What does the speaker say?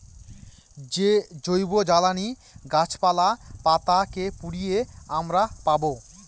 যে জৈবজ্বালানী গাছপালা, পাতা কে পুড়িয়ে আমরা পাবো